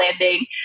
landing